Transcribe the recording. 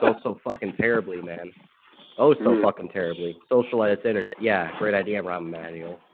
ah so fucking terribly man oh so fucking terribly socialites internet, yeah great idea rahm emanuel